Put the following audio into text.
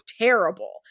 terrible